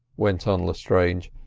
went on lestrange,